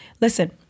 listen